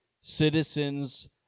citizens